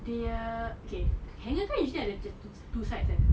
dia punya okay hanger usually ada two sides kan